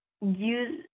use